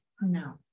No